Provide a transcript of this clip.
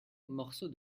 morceau